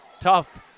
tough